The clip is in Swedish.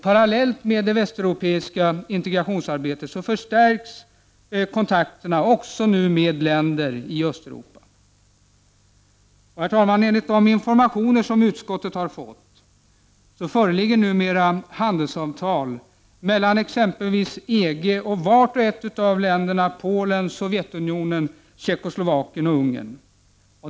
Parallellt med det västeuropeiska integrationsarbetet förstärks även kontakterna med länder i Östeuropa. Enligt de informationer som utskottet fått föreligger numera handelsavtal mellan exempelvis EG och vart och ett av länderna Polen, Sovjetunionen, Tjeckoslovakien och Ungern.